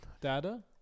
data